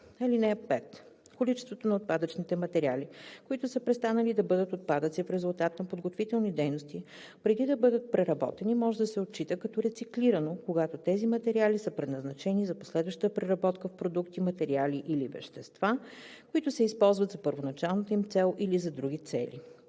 10: „(5) Количеството на отпадъчните материали, които са престанали да бъдат отпадъци в резултат на подготвителни дейности, преди да бъдат преработени, може да се отчита като рециклирано, когато тези материали са предназначени за последваща преработка в продукти, материали или вещества, които се използват за първоначалната им цел или за други цели.